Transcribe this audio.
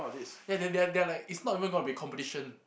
ya they're they're they are like it's not even gonna be a competition